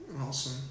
Awesome